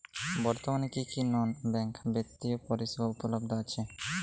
বর্তমানে কী কী নন ব্যাঙ্ক বিত্তীয় পরিষেবা উপলব্ধ আছে?